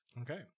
Okay